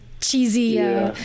cheesy